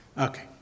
Okay